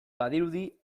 badirudi